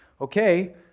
okay